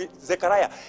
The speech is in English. Zechariah